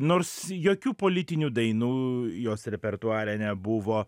nors jokių politinių dainų jos repertuare nebuvo